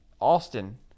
Austin